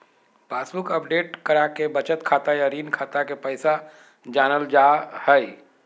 passbook update कराके बचत खाता या ऋण खाता के पैसा जानल जा हय